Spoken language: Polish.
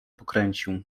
pokręcił